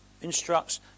instructs